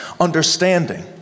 understanding